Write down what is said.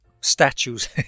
statues